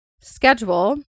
schedule